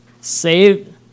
Save